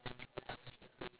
for moisturising I mean